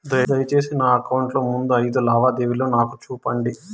దయసేసి నా అకౌంట్ లో ముందు అయిదు లావాదేవీలు నాకు చూపండి